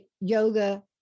Yoga